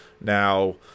Now